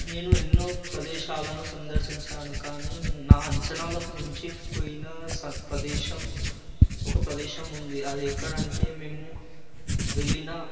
నేను ఎన్నో ప్రదేశాలను సందర్శించాను కానీ నా అంచనాలకు మించిపోయిన శం ప్రదేశం ఒక ప్రదేశం ఉంది అది ఎక్కడ అంటే మేము వెళ్ళిన